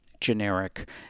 generic